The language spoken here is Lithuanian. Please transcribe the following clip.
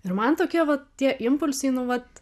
ir man tokie va tie impulsai nu vat